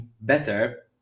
better